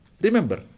Remember